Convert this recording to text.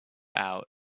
out